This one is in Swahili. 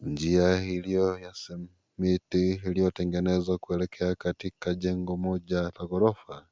Njia iliyo ya simiti iliyo tengenezwa kuelekea katika jengo moja ya gorofa.